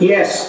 Yes